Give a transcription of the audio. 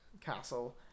Castle